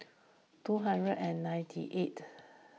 two hundred and ninety eight